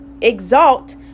exalt